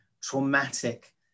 traumatic